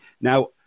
Now